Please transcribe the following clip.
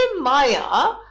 Maya